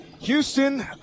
Houston